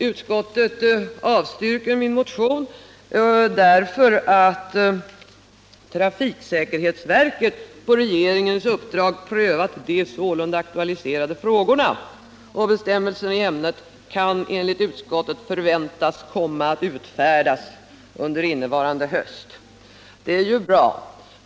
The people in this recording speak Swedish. Utskottet avstyrker min motion därför att ”trafiksäkerhetsverket på regeringens uppdrag prövat de sålunda aktualiserade frågorna. Bestämmelser i ämnet kan förväntas komma att utfärdas under innevarande höst.” Det är ju bra.